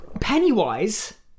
Pennywise